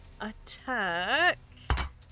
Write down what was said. attack